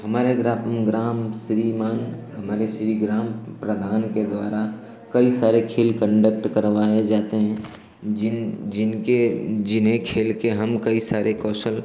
हमारे ग्रा ग्राम श्रीमान हमारे श्री ग्राम प्रधान के द्वारा कई सारे खेल कण्डक्ट करवाए जाते हैं जिन जिनके जिन्हें खेल के हम कई सारे कौशल